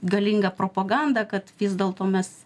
galinga propaganda kad vis dėlto mes